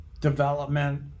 development